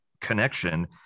connection